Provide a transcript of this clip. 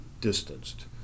distanced